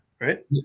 right